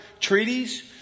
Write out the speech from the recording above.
treaties